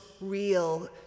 real